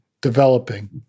developing